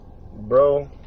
Bro